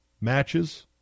matches